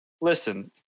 Listen